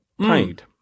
paid